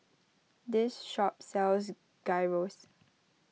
this shop sells Gyros